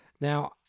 now